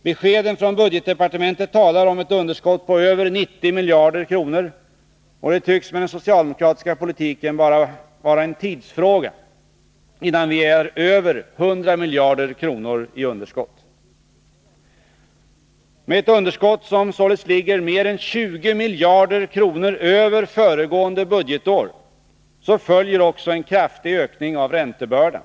Beskeden från budgetdepartementet talar om ett underskott på över 90 miljarder kronor, och det tycks med den socialdemokratiska politiken bara vara en tidsfråga innan vi är över 100 miljarder kronor i underskott. Med ett underskott, som således ligger mer än 20 miljarder kronor över Nr 50 föregående budgetårs, följer också en kraftig ökning av räntebördan.